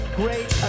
great